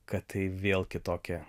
kad tai vėl kitokia